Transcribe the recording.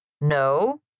No